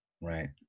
right